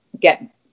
get